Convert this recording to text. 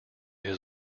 his